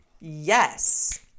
yes